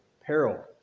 peril